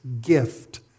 gift